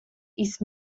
ist